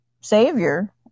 savior